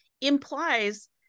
implies